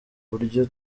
buryo